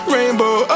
Rainbow